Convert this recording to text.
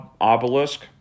obelisk